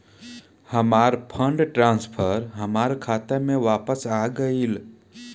हमार fund transfer हमार खाता में वापस आ गइल